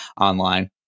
online